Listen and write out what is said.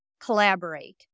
collaborate